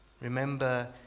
Remember